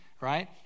right